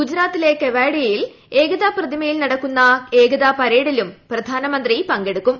ഗുജറാത്തിലെ കെവാഡിയയിൽ ഏകതാ പ്രതിമയിൽ നടക്കുന്ന ഏകതാ പരേഡിലും പ്രധാനമന്ത്രി പങ്കെടുക്കും